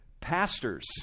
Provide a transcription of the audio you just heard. pastors